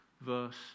verse